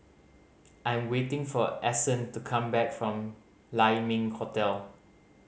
I am waiting for Ason to come back from Lai Ming Hotel